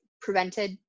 prevented